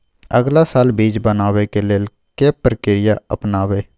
अगला साल बीज बनाबै के लेल के प्रक्रिया अपनाबय?